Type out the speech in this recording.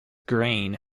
grain